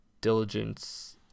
diligence